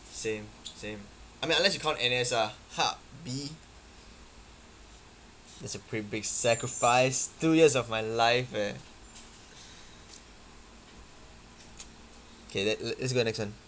same same I mean unless you count N_S lah !hah! B that's a pretty big sacrifice two years of my life leh okay let's go next one